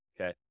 Okay